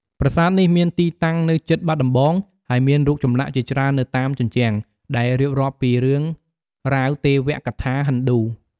ប្រាសាទនេះមានទីតាំងនៅជិតបាត់ដំបង ហើយមានរូបចម្លាក់ជាច្រើននៅតាមជញ្ជាំង ដែលរៀបរាប់ពីរឿងរ៉ាវទេវកថាហិណ្ឌូ។